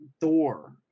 Thor